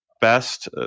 best